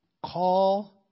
call